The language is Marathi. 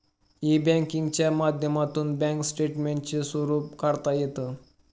ई बँकिंगच्या माध्यमातून बँक स्टेटमेंटचे स्वरूप काढता येतं